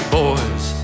boys